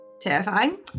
terrifying